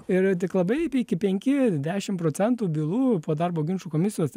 yra tik labai iki penki dešim procentų bylų po darbo ginčų komisijos